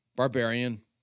Barbarian